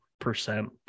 percent